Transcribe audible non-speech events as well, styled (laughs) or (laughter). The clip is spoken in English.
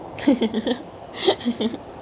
(laughs)